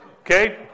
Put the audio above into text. Okay